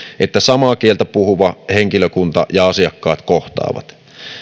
että samaa kieltä puhuva henkilökunta ja asiakkaat kohtaavat